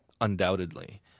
undoubtedly